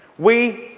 we,